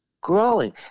growing